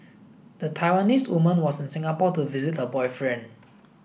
the Taiwanese woman was in Singapore to visit her boyfriend